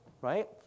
right